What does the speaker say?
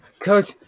Coach